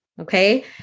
Okay